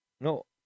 no